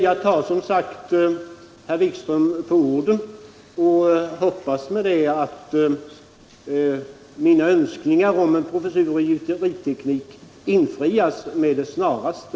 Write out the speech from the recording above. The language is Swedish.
Jag tar emellertid herr Wikström på orden och hoppas med detta att mina önskningar om en professur i gjuteriteknik infrias kanske med det snaraste.